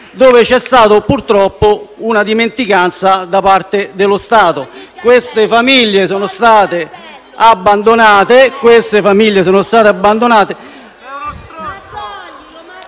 dove c'è stata, purtroppo, una dimenticanza da parte dello Stato. Queste famiglie sono state abbandonate...